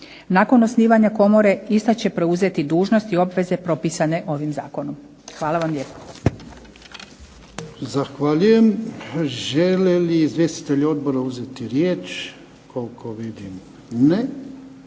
Nakon osnivanja komore ista će preuzeti dužnost i obveze propisane ovim zakonom. Hvala vam lijepo.